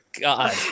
god